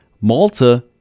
Malta